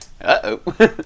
Uh-oh